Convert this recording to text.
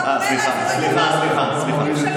אני לא מוריד את